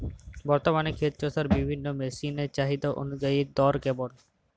বর্তমানে ক্ষেত চষার বিভিন্ন মেশিন এর চাহিদা অনুযায়ী দর কেমন?